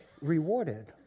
rewarded